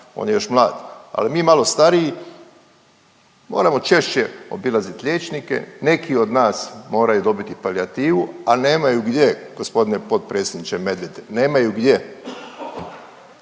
on je još mlad, ali mi malo stariji moramo češće obilazit liječnike, neki od nas moraju dobiti palijativu, ali nemaju gdje g. potpredsjedniče Medved, nemaju gdje.